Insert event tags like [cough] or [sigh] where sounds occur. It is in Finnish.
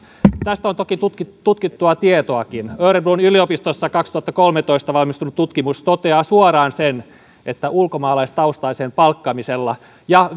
tästä on toki tutkittua tutkittua tietoakin örebron yliopistossa kaksituhattakolmetoista valmistunut tutkimus toteaa suoraan sen että ulkomaalaistaustaisen palkkaamisella ja [unintelligible]